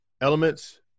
elements